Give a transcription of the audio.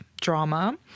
drama